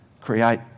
create